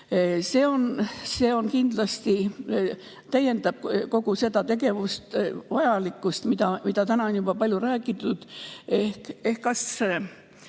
See kindlasti täiendab kogu seda tegevust, vajalikkust, millest täna on juba palju räägitud. Nii nagu